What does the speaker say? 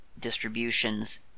distributions